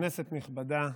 כנסת נכבדה,